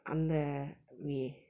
அந்த